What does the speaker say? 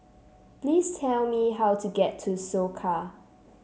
please tell me how to get to Soka